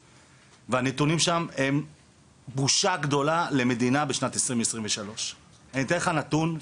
שהנתונים בו הם בושה גדולה למדינה בשנת 2023. אני אתן לך נתון,